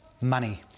Money